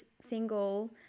single